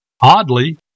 Oddly